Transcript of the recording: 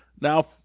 Now